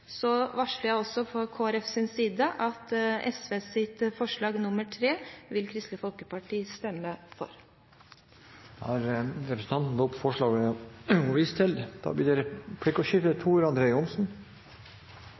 Så varsler jeg også, fra Kristelig Folkepartis side, at Kristelig Folkeparti vil stemme for SVs forslag nr. 3. Representanten Line Henriette Hjemdal har tatt opp det forslaget hun refererte til. Det blir replikkordskifte.